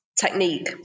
technique